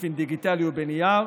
באופן דיגיטלי או בנייר,